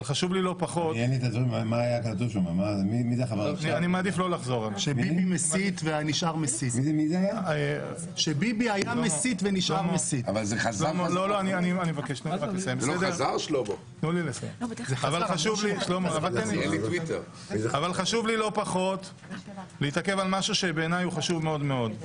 אבל חשוב לי לא פחות להתעכב על משהו שבעיני הוא חשוב מאוד מאוד.